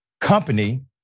company